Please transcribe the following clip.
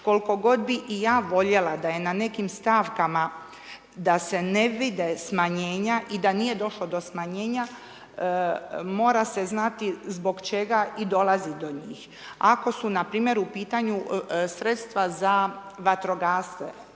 Koliko god bi i ja voljela da je na nekim stavkama da se ne vide smanjenja i da nije došlo do smanjenja mora se znati zbog čega i dolazi do njih. Ako su npr. u pitanju sredstva za vatrogasce,